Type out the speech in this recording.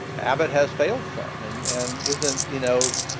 abbott has failed some and and isn't, you know,